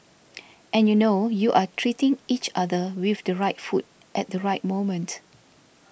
and you know you are treating each other with the right food at the right moment